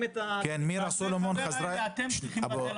מירה סלומון חזרה אלינו.